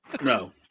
No